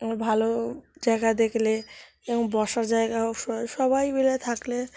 আমার ভালো জায়গা দেখলে এবং বসার জায়গা হোক সো সবাই মিলে থাকলে